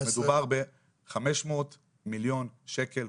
מדובר ב-500 מיליון שקל,